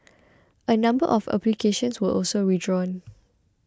a number of applications were also withdrawn